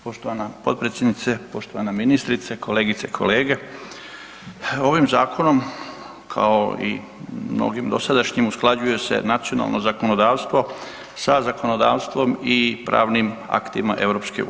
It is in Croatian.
Poštovana potpredsjednice, poštovana ministrice kolegice i kolege, ovim zakonom kao i mnogim dosadašnjim usklađuje se nacionalno zakonodavstvo sa zakonodavstvom i pravnim aktima EU.